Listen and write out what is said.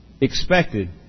expected